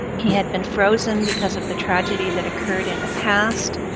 he had been frozen because of the tragedy that occurred in the past,